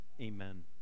Amen